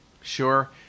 Sure